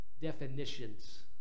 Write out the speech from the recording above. definitions